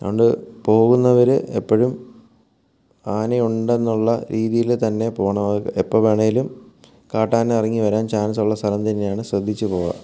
അതുകൊണ്ട് പോകുന്നവർ എപ്പോഴും ആന ഉണ്ടെന്നുള്ള രീതിയിൽ തന്നെ പോകണം എപ്പോൾ വേണമെങ്കലും കാട്ടാന ഇറങ്ങി വരാൻ ചാൻസുള്ള സ്ഥലം തന്നെയാണ് ശ്രദ്ധിച്ചു പോവുക